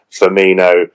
Firmino